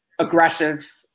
Aggressive